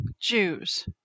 Jews